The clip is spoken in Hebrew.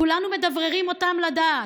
כולנו מדבררים אותם לדעת.